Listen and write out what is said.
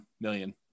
million